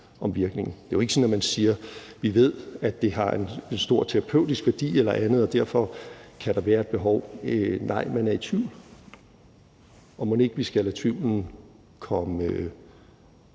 Det er jo ikke sådan, at man siger: Vi ved, at det har en stor terapeutisk værdi eller andet, og derfor kan der være et behov. Nej, man er i tvivl, og mon ikke, vi skal lade tvivlen komme